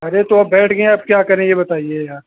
अरे तो अब बैठ गऍं अब क्या करें ये बताइए यार